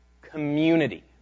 community